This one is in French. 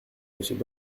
monsieur